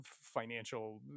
financial